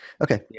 Okay